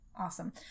Awesome